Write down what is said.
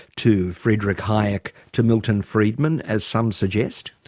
to friedrich hayek to milton friedman as some suggest?